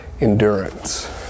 endurance